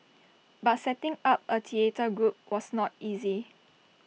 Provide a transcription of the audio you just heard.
but setting up A theatre group was not easy